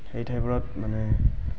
সেই ঠাইবোৰত মানে